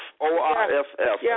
O-R-F-F